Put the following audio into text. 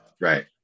Right